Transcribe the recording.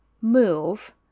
move